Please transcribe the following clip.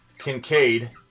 Kincaid